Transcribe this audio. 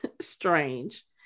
strange